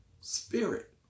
Spirit